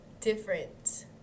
different